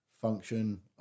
function